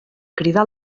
cridar